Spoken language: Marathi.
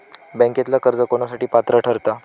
बँकेतला कर्ज कोणासाठी पात्र ठरता?